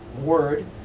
word